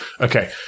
Okay